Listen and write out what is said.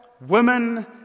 women